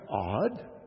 odd